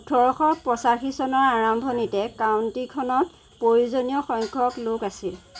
ওঠৰশ পঁচাশী চনৰ আৰম্ভণিতে কাউণ্টিখনত প্ৰয়োজনীয় সংখ্যক লোক আছিল